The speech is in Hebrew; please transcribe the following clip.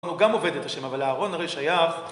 הוא גם עובד את השם אבל הארון הרי שייך